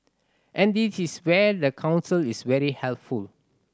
and this is where the Council is very helpful